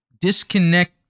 disconnect